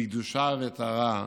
בקדושה ובטהרה,